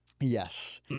Yes